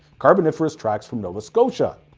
carboniferous tracks from nova scotia.